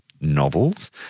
novels